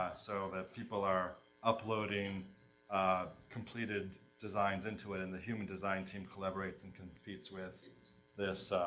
ah so that people are uploading completed designs into it, and the human design team collaborates and competes with this